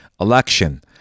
election